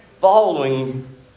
following